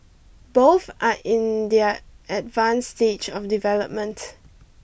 both are in their advanced stage of development